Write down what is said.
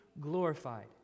glorified